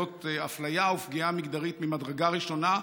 זאת אפליה ופגיעה מגדרית ממדרגה ראשונה.